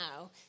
now